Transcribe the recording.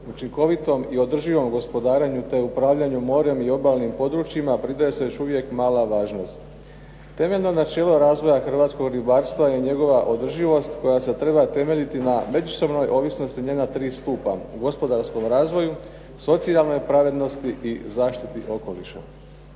učinkovitom i održivom gospodarenju, te upravljanju morem i obalnim područjima pridaje se još uvijek mala važnost. Temeljno načelo razvoja hrvatskog ribarstva je njegova održivost koja se treba temeljiti na međusobnoj ovisnosti njena tri stupa, gospodarskom razvoju, socijalnoj pravednosti i zaštiti okoliša.